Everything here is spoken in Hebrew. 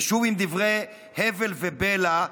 ושוב עם דברי הבל ובלע,